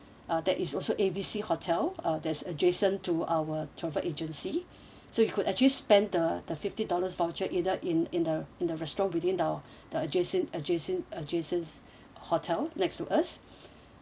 uh that is also A B C hotel uh there's adjacent to our travel agency so you could actually spent the the fifty dollars voucher either in in the in the restaurant within the the adjacent adjacent adjacent hotel next to us